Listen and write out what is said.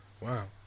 Wow